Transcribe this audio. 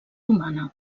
humana